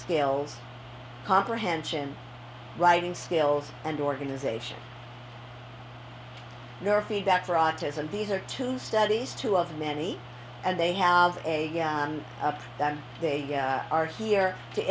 skills comprehension writing skills and organization your feedback rogers and these are two studies two of many and they have a that they are here to